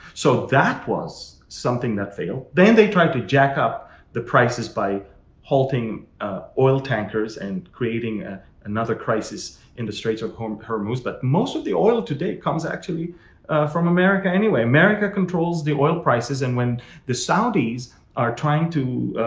so that was something that fail. then they tried to jack up the prices by halting oil tankers and creating another crisis in the strait of um hormuz. but most of the oil today comes actually from america anyway. america controls the oil prices. and when the saudis are trying to,